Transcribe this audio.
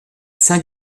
saint